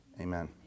amen